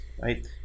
right